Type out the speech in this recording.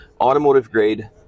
automotive-grade